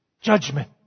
judgment